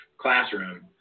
classroom